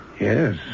Yes